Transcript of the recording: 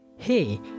hey